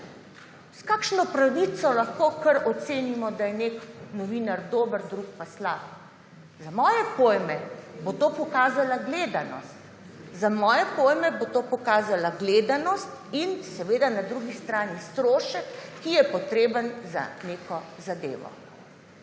S kakšno pravico lahko kar ocenimo, da je neki novinar dober drugi pa slab. Za moje pojme bo to pokazala gledanost. Za moje pojem bo to pokazala gledanost in na drugi strani strošek, ki je potreben za neko zadevo.